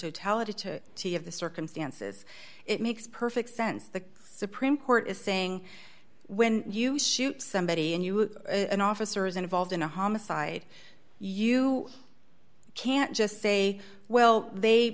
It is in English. of the circumstances it makes perfect sense the supreme court is saying when you shoot somebody and you an officer is involved in a homicide you can't just say well they